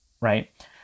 right